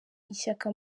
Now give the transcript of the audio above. ishyaka